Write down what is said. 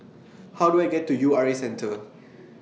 How Do I get to U R A Centre